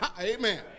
Amen